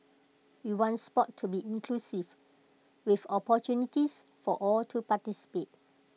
we want Sport to be inclusive with opportunities for all to participate